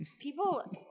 people